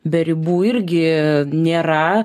be ribų irgi nėra